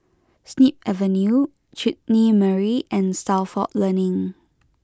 Snip Avenue Chutney Mary and Stalford Learning